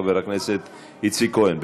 חבר הכנסת איציק כהן.